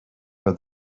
for